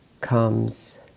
comes